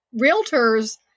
realtors